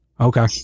Okay